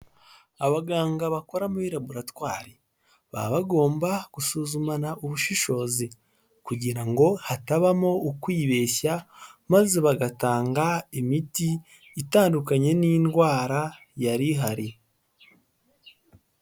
Abaganga bakora muri laboratwari baba bagomba gusuzumana ubushishozi kugira ngo hatabamo ukwibeshya maze bagatanga imiti itandukanye n'indwara yari ihari.